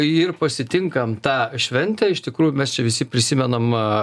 ir pasitinkam tą šventę iš tikrųjų mes čia visi prisimenam